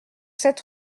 sept